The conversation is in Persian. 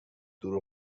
دروغ